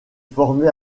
formé